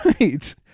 Right